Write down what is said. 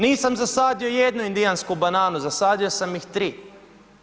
Nisam zasadio jednu indijansku bananu, zasadio sam ih tri.